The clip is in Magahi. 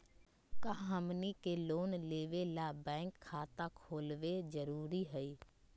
का हमनी के लोन लेबे ला बैंक खाता खोलबे जरुरी हई?